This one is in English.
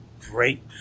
great